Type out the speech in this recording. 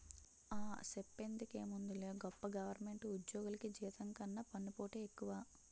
ఆ, సెప్పేందుకేముందిలే గొప్ప గవరమెంటు ఉజ్జోగులికి జీతం కన్నా పన్నుపోటే ఎక్కువ